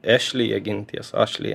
ešlija genties ašlija